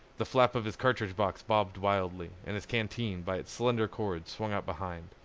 the flap of his cartridge box bobbed wildly, and his canteen, by its slender cord, swung out behind.